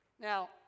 Now